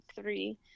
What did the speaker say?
three